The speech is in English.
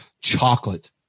Chocolate